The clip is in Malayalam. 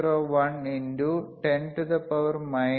Now we know fp is 1 by 2 pi under root of LCequivalent